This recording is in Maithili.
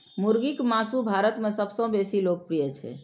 मुर्गीक मासु भारत मे सबसं बेसी लोकप्रिय छै